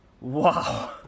Wow